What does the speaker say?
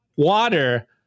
Water